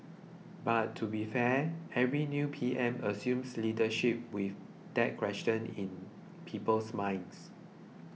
but to be fair every new PM assumes leadership with that question in people's minds